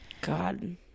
God